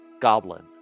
goblin